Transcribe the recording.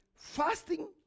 Fasting